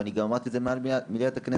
ואני גם אמרתי את זה במליאת הכנסת.